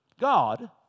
God